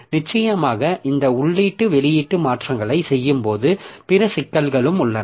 நிச்சயமாக இந்த உள்ளீட்டு வெளியீட்டு மாற்றங்களைச் செய்யும்போது பிற சிக்கல்களும் உள்ளன